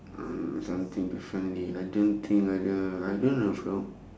mm something differently I don't think either I don't know if I would